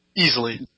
Easily